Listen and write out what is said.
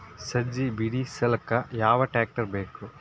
ಸಜ್ಜಿ ಬಿಡಿಸಿಲಕ ಯಾವ ಟ್ರಾಕ್ಟರ್ ಬೇಕ?